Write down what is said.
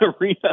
arena